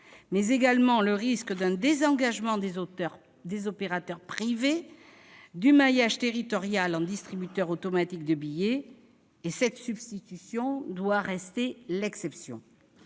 risque existe d'un désengagement des opérateurs privés du maillage territorial en distributeurs automatiques de billets. Cette substitution doit rester l'exception.